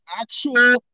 actual